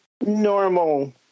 normal